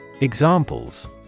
Examples